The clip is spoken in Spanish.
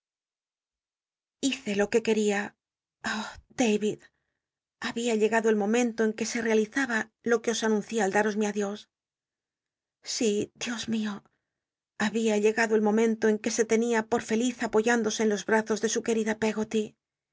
hice lo que queria ah david habia llegado el momento en que se realizaba lo que os anuncié al datos mi acl ios sí dios mio habia llegado el momento en que se tenia pot feliz apoyándose y y en ellos en los brazos de su querida peggol